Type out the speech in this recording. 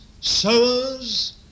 sowers